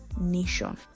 nation